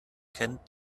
kennt